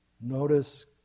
Notice